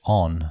on